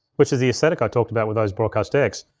which is the aesthetic i talked about with those broadcast decks.